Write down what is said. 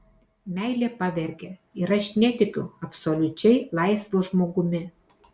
meilė pavergia ir aš netikiu absoliučiai laisvu žmogumi